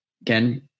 Again